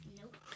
Nope